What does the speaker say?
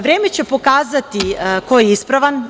Vreme će pokazati ko je ispravan.